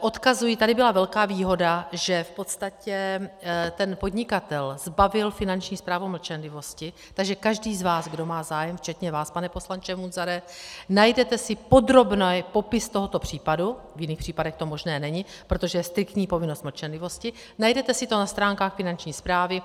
Odkazuji, tady byla velká výhoda, že v podstatě ten podnikatel zbavil Finanční správu mlčenlivosti, takže každý z vás, kdo má zájem včetně vás, pane poslanče Munzare, najdete si podrobný popis tohoto případu, v jiných případech to možné není, protože je striktní povinnost mlčenlivosti, najdete si to na stránkách Finanční správy.